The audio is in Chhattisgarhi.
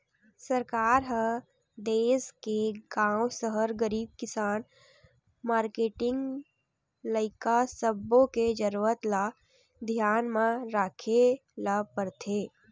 सरकार ह देस के गाँव, सहर, गरीब, किसान, मारकेटिंग, लइका सब्बो के जरूरत ल धियान म राखे ल परथे